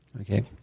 okay